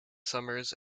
summers